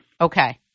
Okay